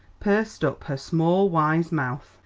pursed up her small, wise mouth.